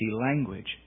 language